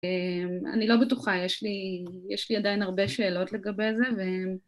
אני לא בטוחה, יש לי עדיין הרבה שאלות לגבי זה ו...